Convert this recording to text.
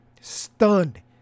stunned